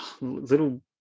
little